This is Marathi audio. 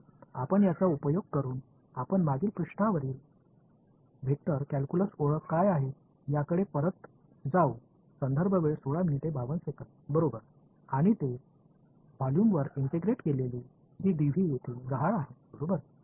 तर आपण याचा उपयोग करू आपण मागील पृष्ठावरील वेक्टर कॅल्क्युलस ओळख काय आहे याकडे परत जाऊ बरोबर आणि ते व्हॉल्यूमवर इंटिग्रेट केलेली ही डीव्ही येथे गहाळ आहे बरोबर